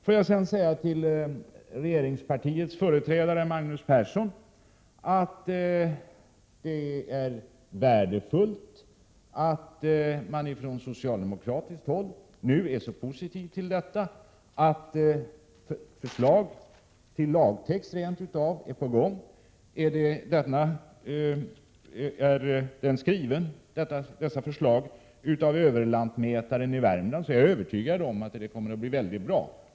Får jag sedan säga till regeringspartiets företrädare Magnus Persson att det är värdefullt att socialdemokraterna nu är så positiva att förslag till lagtext rent av är på gång. Om dessa förslag är skrivna av överlantmätaren i Värmland är jag övertygad om att det blir mycket bra.